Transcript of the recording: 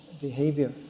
behavior